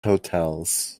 hotels